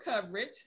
coverage